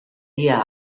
dia